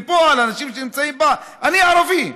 בפועל, על אנשים שנמצאים בה, אני ערבי,